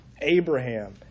Abraham